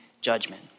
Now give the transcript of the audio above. judgment